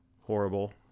horrible